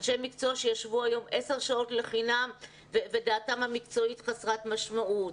אנשי מקצוע שישבו היום 10 שעות לחינם ודעתם המקצועית חסרת משמעות.